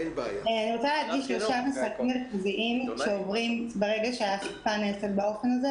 אני רוצה להציג שלושה מסרים שעוברים ברגע שהאכיפה נעשית באופן הזה,